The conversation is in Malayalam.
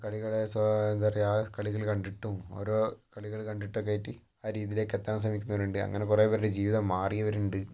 കളികളെ സ്വാ എന്താ പറയുക ആ കളികൾ കണ്ടിട്ടും ഓരോ കളികൾ കണ്ടിട്ടൊക്കെ കയറ്റി ആ രീതിയിലൊക്കെ എത്താൻ സഹായിക്കുന്നവരുണ്ട് അങ്ങനെ കുറേ പേരുടെ ജീവിതം മാറിയവരുണ്ട്